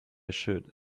should